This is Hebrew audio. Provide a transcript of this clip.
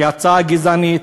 כהצעה גזענית,